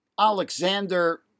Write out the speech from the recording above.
Alexander